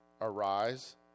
arise